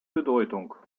bedeutung